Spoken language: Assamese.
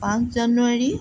পাঁচ জানুৱাৰী